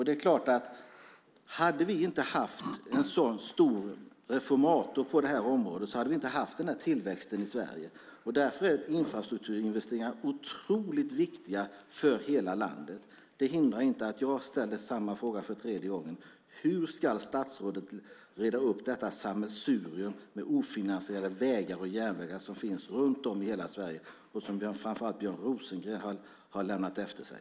Det är klart att om vi inte hade haft en så stor reformator på det här området hade vi inte haft den här tillväxten i Sverige. Därför är infrastrukturinvesteringar otroligt viktiga för hela landet. Det hindrar inte att jag ställer samma fråga för tredje gången: Hur ska statsrådet reda upp detta sammelsurium av ofinansierade vägar och järnvägar som finns runt om i hela Sverige och som framför allt Björn Rosengren har lämnat efter sig.